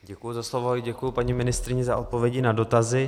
Děkuji za slovo a děkuji paní ministryni za odpovědi na dotazy.